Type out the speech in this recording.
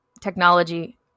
technology